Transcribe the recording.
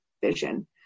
vision